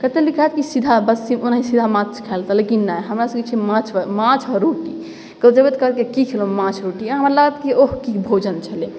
कतेक लोक कहत की सीधा बस ओनाही सीधा माछ खा लेतै लेकिन ने हमरासबके छै माछके माछ आओर रोटी कतौ जेबै तऽ कहलक की खेलहुँ माछ रोटी हमरा लागल ओह की भोजन छलै